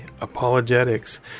Apologetics